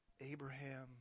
Abraham